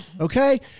Okay